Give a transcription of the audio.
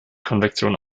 konvektion